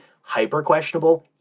hyper-questionable